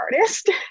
artist